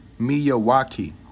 Miyawaki